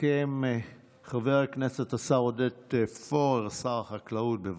יסכם חבר הכנסת שר החקלאות עודד פורר, בבקשה.